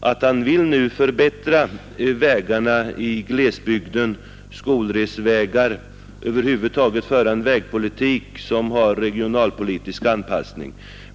att nu förbättra vägarna i glesbygderna och skolresvägarna samt över huvud taget föra en vägpolitik med regionalpolitisk anpassning.